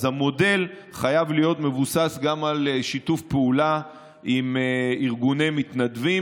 אז המודל חייב להיות מבוסס גם על שיתוף פעולה עם ארגוני מתנדבים,